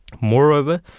Moreover